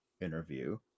interview